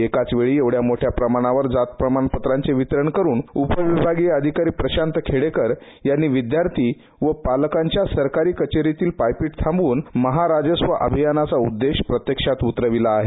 एकाच वेळी एव्हढ्या मोठ्या प्रमाणावर जात प्रमाणपत्राचे वितरण करुन उपविभागीय अधिकारी प्रशांत खेडेकर यांनी विद्यार्थी व पालकांची सरकारी कचेरीतील पायपीट थांबवून महाराजस्व अभियानाचा उद्देश प्रत्यक्षात उतरवला आहे